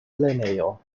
lernejo